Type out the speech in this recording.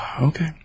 okay